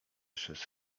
przez